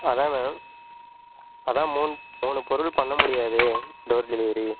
அதான் மேம் அதான் மூன் மூணு பொருள் பண்ண முடியாது டோர் டெலிவரி